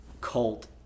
cult